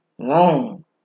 Wrong